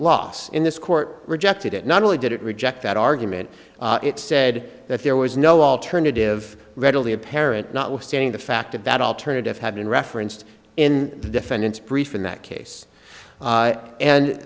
loss in this court rejected it not only did it reject that argument it said that there was no alternative readily apparent notwithstanding the fact that alternative had been referenced in the defendant's brief in that case